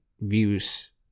views